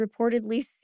reportedly